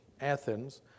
Athens